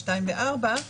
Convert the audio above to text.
(2) ו-(4).